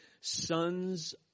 sons